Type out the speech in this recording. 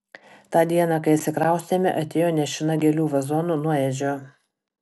tą dieną kai atsikraustėme atėjo nešina gėlių vazonu nuo edžio